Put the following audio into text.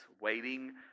waiting